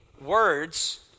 words